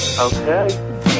Okay